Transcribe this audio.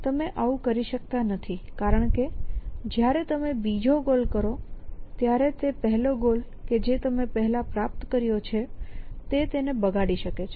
તમે આવું કરી શકતા નથી કારણ કે જ્યારે તમે બીજો ગોલ કરો ત્યારે તે પહેલો ગોલ કે જે તમે પહેલા પ્રાપ્ત કર્યો છે તેને બગાડી શકે છે